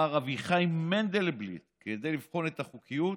מר אביחי מנדלבליט, כדי לבחון את החוקיות,